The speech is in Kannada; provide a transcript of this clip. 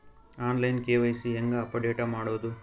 ಆನ್ ಲೈನ್ ಕೆ.ವೈ.ಸಿ ಹೇಂಗ ಅಪಡೆಟ ಮಾಡೋದು?